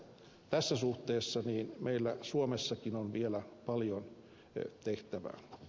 tässä suhteessa meillä suomessakin on vielä paljon tehtävää